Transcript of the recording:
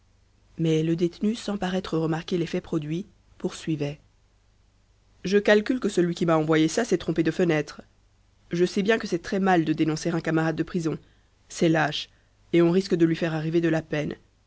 mais le détenu sans paraître remarquer l'effet produit poursuivait je calcule que celui qui m'a envoyé ça s'est trompé de fenêtre je sais bien que c'est très-mal de dénoncer un camarade de prison c'est lâche et on risque de lui faire arriver de la peine